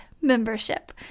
Membership